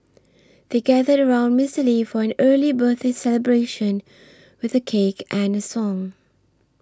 they gathered around Mister Lee for an early birthday celebration with a cake and a song